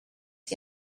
que